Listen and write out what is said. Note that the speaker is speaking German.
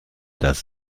das